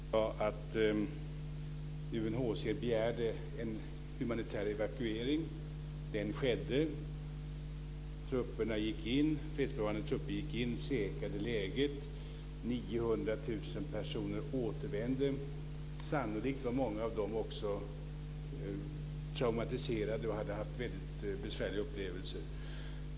Fru talman! Det är riktigt som Maud Björnemalm sade att UNHCR begärde en humanitär evakuering. Den skedde. De fredsbevarande trupperna gick in och säkrade läget. 900 000 personer återvände. Många av dem var sannolikt också traumatiserade och hade haft väldigt besvärliga upplevelser.